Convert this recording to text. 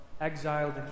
exiled